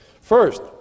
First